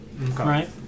right